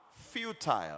futile